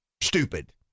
stupid